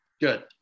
Good